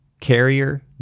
Carrier